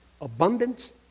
Abundance